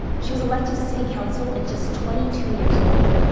she was elected to city council at just twenty two years old.